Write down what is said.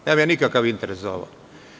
Nemam ja nikakav interes za ovo.